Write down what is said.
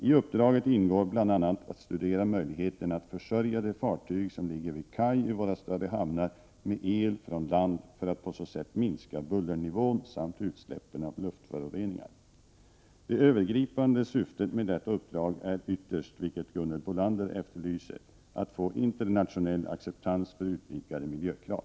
I uppdraget ingår bl.a. att studera möjligheterna att försörja de fartyg som ligger vid kaj i våra större hamnar med el från land för att på så sätt minska bullernivån samt utsläppen av luftföroreningar. Det övergripande syftet med detta uppdrag är ytterst, vilket Gunhild Bolander efterlyser, att få internationell acceptans för utvidgade miljökrav.